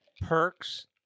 perks